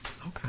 Okay